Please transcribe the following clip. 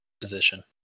position